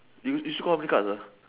you you still got how many cards ah